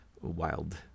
wild